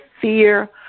fear